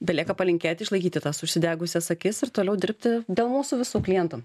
belieka palinkėti išlaikyti tas užsidegusias akis ir toliau dirbti dėl mūsų visų klientų